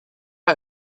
had